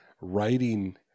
writing